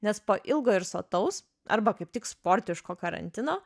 nes po ilgo ir sotaus arba kaip tik sportiško karantino